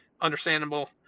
understandable